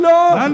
Lord